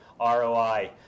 ROI